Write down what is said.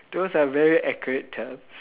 those are very accurate terms